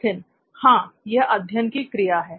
नित्थिन हां यह अध्ययन की क्रिया है